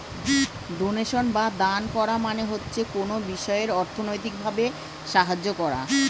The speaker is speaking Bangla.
ডোনেশন বা দান করা মানে হচ্ছে কোনো বিষয়ে অর্থনৈতিক ভাবে সাহায্য করা